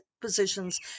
positions